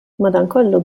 madankollu